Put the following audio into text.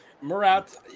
Murat